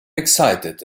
excited